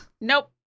Nope